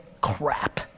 crap